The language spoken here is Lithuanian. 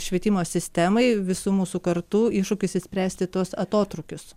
švietimo sistemai visų mūsų kartu iššūkis išspręsti tuos atotrūkius